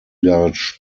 large